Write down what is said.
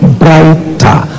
brighter